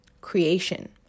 creation